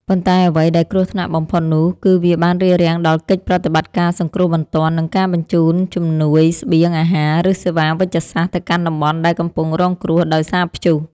ប៉ុន្តែអ្វីដែលគ្រោះថ្នាក់បំផុតនោះគឺវាបានរារាំងដល់កិច្ចប្រតិបត្តិការសង្គ្រោះបន្ទាន់ និងការបញ្ជូនជំនួយស្បៀងអាហារ ឬសេវាវេជ្ជសាស្ត្រទៅកាន់តំបន់ដែលកំពុងរងគ្រោះដោយសារព្យុះ។